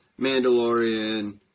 Mandalorian